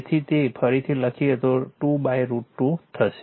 તેથી તે ફરીથી લખીએ તો 2 √ 2 થશે